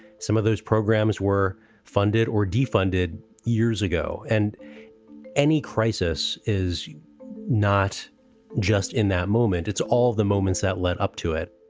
some of those programs were funded or defunded years ago. and any crisis is not just in that moment, it's all the moments that led up to it